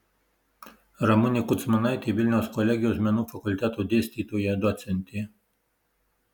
ramunė kudzmanaitė vilniaus kolegijos menų fakulteto dėstytoja docentė